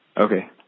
Okay